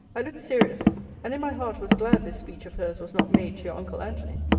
i looked serious and in my heart was glad this speech of hers was not made to your uncle antony.